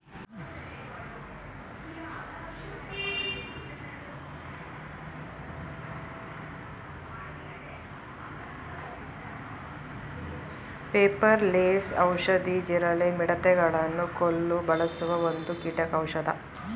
ಪೆಪಾರ ಲೆಸ್ ಔಷಧಿ, ಜೀರಳ, ಮಿಡತೆ ಗಳನ್ನು ಕೊಲ್ಲು ಬಳಸುವ ಒಂದು ಕೀಟೌಷದ